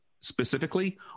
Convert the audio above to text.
specifically